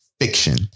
fiction